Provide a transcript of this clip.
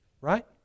Right